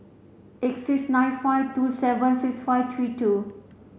eight six nine five two seven six five three two